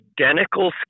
identical